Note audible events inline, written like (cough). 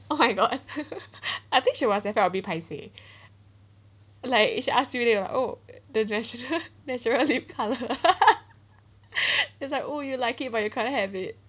oh (laughs) my god I think she must have felt a bit paisei like if you ask they are like oh the natural (laughs) the natural lip colour (laughs) is like oh you like it but you can't have it